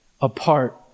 apart